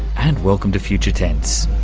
and welcome to future tense.